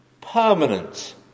permanent